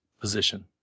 position